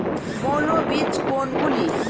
মৌল বীজ কোনগুলি?